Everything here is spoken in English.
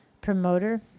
promoter